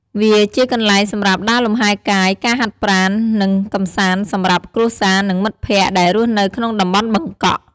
វាជាកន្លែងសម្រាប់ដើរលំហែកាយ ការហាត់ប្រាណ និងកម្សាន្តសម្រាប់គ្រួសារ និងមិត្តភក្តិ ដែលរស់នៅក្នុងតំបន់បឹងកក់។